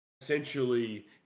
essentially